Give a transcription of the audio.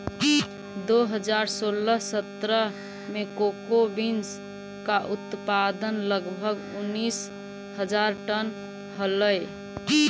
दो हज़ार सोलह सत्रह में कोको बींस का उत्पादन लगभग उनीस हज़ार टन हलइ